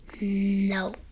No